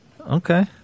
Okay